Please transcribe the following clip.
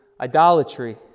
idolatry